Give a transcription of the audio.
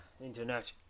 internet